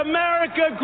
America